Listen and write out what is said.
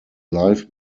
live